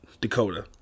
Dakota